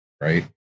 right